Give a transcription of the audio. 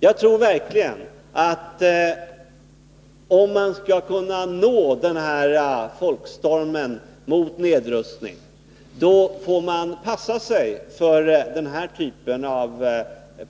Jag tror, att om man skall kunna bilda den här folkopinionen för nedrustning, får man passa sig för den typen av